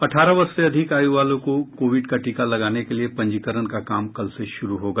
अठारह वर्ष से अधिक आय़ वालों को कोविड का टीका लगाने के लिए पंजीकरण का काम कल से शुरू होगा